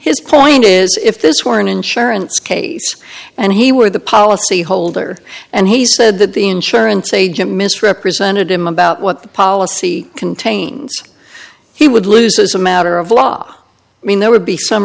his point is if this were an insurance case and he were the policy holder and he said that the insurance agent misrepresented him about what the policy contains he would lose as a matter of law i mean there would be s